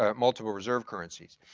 ah multiple reserve currencies.